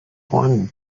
wanted